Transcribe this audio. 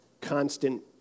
constant